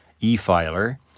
e-filer